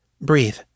Breathe